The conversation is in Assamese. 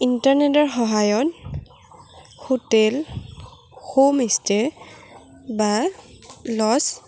ইণ্টাৰনেটৰ সহায়ত হোটেল হোমষ্টে বা লজ্